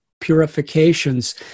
purifications